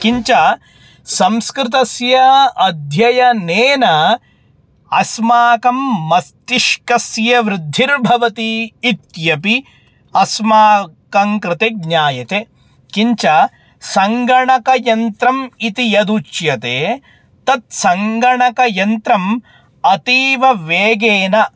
किञ्च संस्कृतस्य अध्ययनेन अस्माकं मस्तिष्कस्य वृद्धिर्भवति इत्यपि अस्माकं कृते ज्ञायते किञ्च सङ्गणकयन्त्रम् इति यदुच्यते तत्सङ्गणकयन्त्रम् अतीव वेगेन